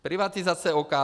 Privatizace OKD.